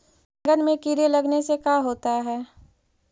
बैंगन में कीड़े लगने से का होता है?